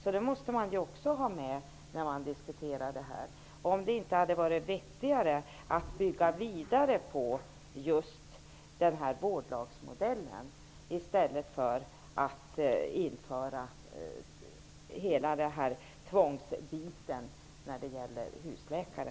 Man måste således i den här diskussionen också fundera över om det inte hade varit vettigare att bygga vidare på just vårdlagsmodellen i stället för att införa hela den här tvångsbiten när det gäller husläkare.